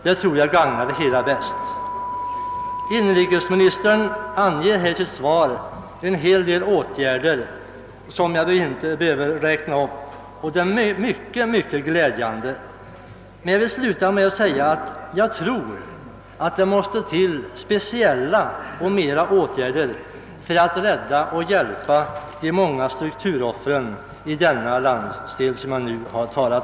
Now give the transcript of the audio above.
Det tror jag gagnar det hela bäst. Inrikesministern anger i sitt svar en hel del åtgärder som jag inte behöver räkna upp. De är mycket glädjande. Jag tror dock att det måste till flera speciella åtgärder för att hjälpa de många strukturrationaliseringsoffren i den landsdel som min fråga berör.